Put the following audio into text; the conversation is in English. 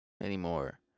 anymore